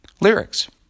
lyrics